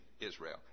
Israel